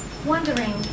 Wondering